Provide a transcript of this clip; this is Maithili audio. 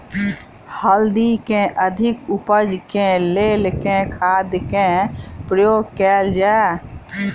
हल्दी केँ अधिक उपज केँ लेल केँ खाद केँ प्रयोग कैल जाय?